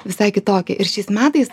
visai kitokią ir šiais metais